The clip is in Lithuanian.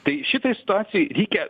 tai šitoj situacijoj reikia